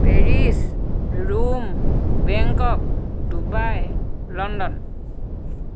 Paris Rome Bangkok Dubai London